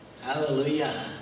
Hallelujah